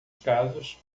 casos